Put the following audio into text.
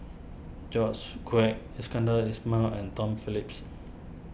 George Quek Iskandar Ismail and Tom Phillips